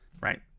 right